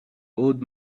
old